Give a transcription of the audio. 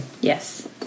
Yes